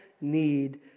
need